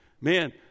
man